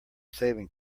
saving